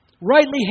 Rightly